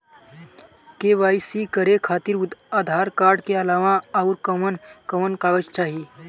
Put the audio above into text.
KYC करे खातिर Aadhaar card के अलावा आउरकवन कवन कागज चाहीं?